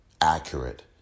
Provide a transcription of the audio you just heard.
accurate